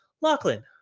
lachlan